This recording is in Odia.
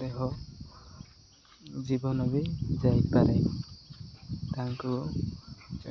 ଦେହ ଜୀବନ ବି ଯାଇପାରେ ତାଙ୍କୁ